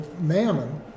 mammon